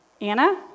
Anna